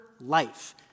life